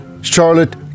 Charlotte